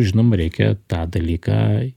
žinoma reikia tą dalyką